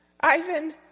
Ivan